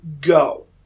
go